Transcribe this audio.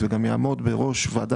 לכן לא ברור למה זה